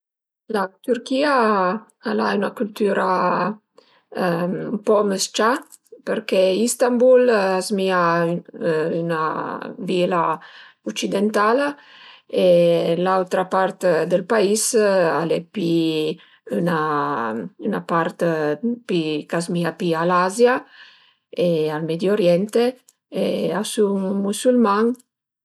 La Türchìa al a 'na cültüra ën po mës-cià perché Istanbul a zmìa üna vila ucidentala e l'autra part dël pais al e pi üna üna part pi ch'a zmìa pi a l'Azia e al Medio Oriente e a sun musülman